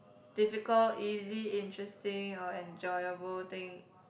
difficult easy interesting or enjoyable thing